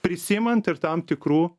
prisiimant ir tam tikrų